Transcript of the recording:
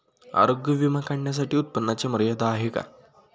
आरोग्य विमा काढण्यासाठी उत्पन्नाची मर्यादा आहे का?